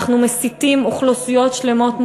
אנחנו מסיתים אוכלוסיות שלמות,